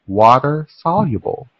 water-soluble